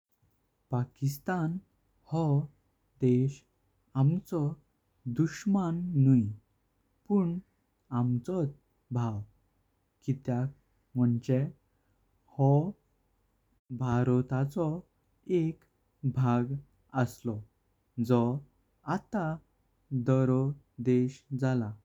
पाकिस्तान हो देश आमचो दुश्मन नुइ पण आमचोत। भाव कित्याक मुनचे हो भारताचो एक भाग आसलो जो आता दरो देश जलां।